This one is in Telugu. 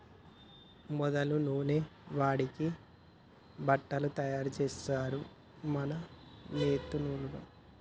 మొదలు నూలు వడికి బట్టలు తయారు జేస్తరు మన నేతన్నలు